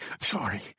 Sorry